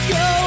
go